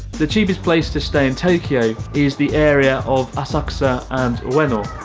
the cheapest place to stay in tokyo is the area of asakusa and ueno,